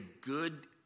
good